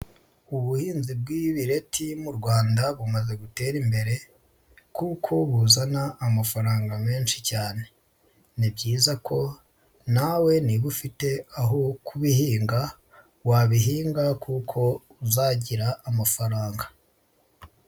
Ubuhinzi bw'ibireti mu Rwanda bumaze gutera imbere kuko buzana amafaranga menshi cyane, ni byiza ko nawe niba ufite aho kubihinga wabihinga kuko uzagira amafaranga.